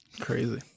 Crazy